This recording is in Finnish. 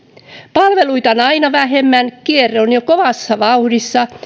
palveluita on aina vähemmän kierron jo kovassa vauhdissa